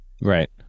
Right